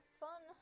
fun